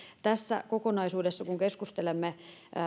tässä kokonaisuudessa kun keskustelemme